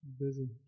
Busy